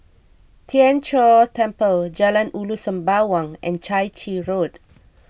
Tien Chor Temple Jalan Ulu Sembawang and Chai Chee Road